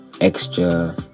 extra